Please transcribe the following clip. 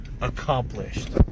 accomplished